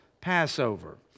Passover